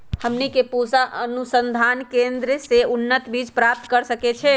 हमनी के पूसा अनुसंधान केंद्र से उन्नत बीज प्राप्त कर सकैछे?